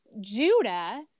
Judah